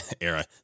era